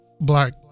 black